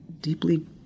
deeply